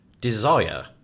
desire